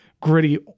gritty